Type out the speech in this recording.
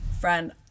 friend